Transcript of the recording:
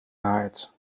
haard